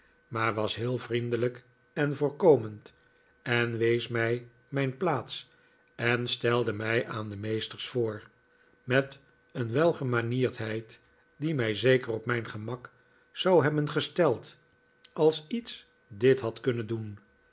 maar was heel vriendelijk en voorkomend en wees mij mijn plaats en stelde mij aan de meesters voor met een welgemanierdheid die mij zeker op mijn gemak zou hebben gesteld als iets dit had kunnen doen